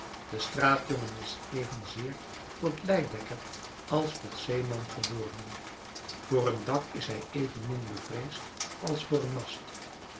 de straatjongen is evenzeer tot leidekker als tot zeeman geboren voor een dak is hij evenmin bevreesd als voor een mast